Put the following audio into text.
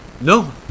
No